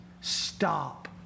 stop